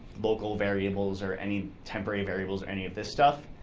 local variables or any temporary variables or any of this stuff.